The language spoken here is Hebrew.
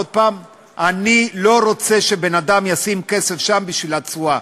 אני לא רוצה שבן-אדם ישים כסף שם בשביל התשואה,